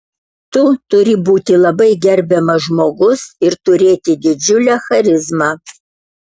tu turi būti labai gerbiamas žmogus ir turėti didžiulę charizmą